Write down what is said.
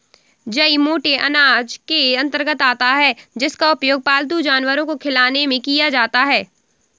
जई मोटे अनाज के अंतर्गत आता है जिसका उपयोग पालतू जानवर को खिलाने में किया जाता है